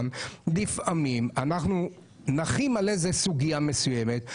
לפעמים אנחנו נחים על איזה סוגיה מסוימת,